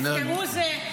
"נפטרו"